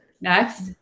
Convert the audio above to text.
Next